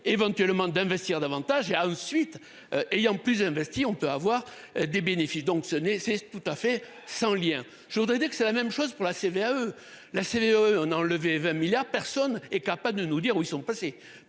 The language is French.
éventuellement d'investir davantage a ensuite ayant plus investi, on peut avoir des bénéfices, donc ce n'est. C'est tout à fait sans lien, je voudrais dire que c'est la même chose pour la CVAE la. On enlevé 20 milliards personne est capable de nous dire où ils sont passés